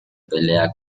pelea